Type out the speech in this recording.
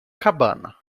cabana